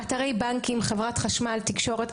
אתרי בנקים, חברת החשמל, תקשורת.